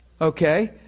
Okay